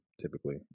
typically